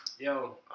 Yo